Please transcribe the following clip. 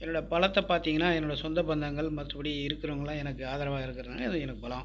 என்னோடய பலத்தை பார்த்தீங்கனா என்னோடய சொந்த பந்தங்கள் மற்றபடி இருக்கிறவங்களாம் எனக்கு ஆதரவாக இருக்கிறதுனால எனக்கு பலம்